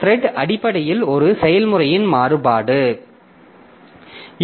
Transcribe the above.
இந்த த்ரெட் அடிப்படையில் இது செயல்முறையின் மாறுபாடு